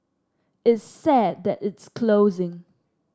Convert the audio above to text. it's sad that it's closing